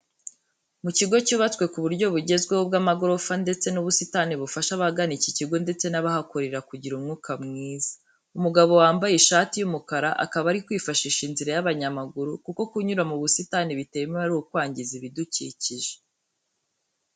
Mu kigo cyubatswe ku buryo bugezweho bw'amagorofa, ndetse n'ubusitani bufasha abagana iki kigo ndetse n'abahakorera kugira umwuka mwiza. Umugabo wambaye ishati y'umukara akaba ari kwifashisha inzira y'abanyamaguru kuko kunyura mu busitani bitemewe ari ukwangiza ibidukikije.